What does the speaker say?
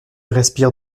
respire